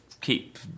keep